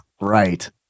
right